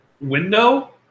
window